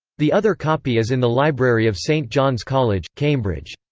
the other copy is in the library of st. john's college, cambridge.